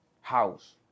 house